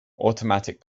automatic